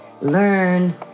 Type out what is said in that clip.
learn